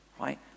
right